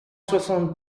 soixante